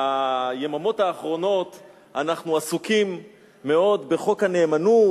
ביממות האחרונות אנחנו עסוקים מאוד בחוק הנאמנות.